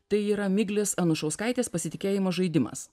tai yra miglės anušauskaitės pasitikėjimo žaidimas